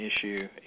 issue